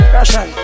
Russian